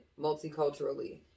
multiculturally